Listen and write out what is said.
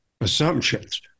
assumptions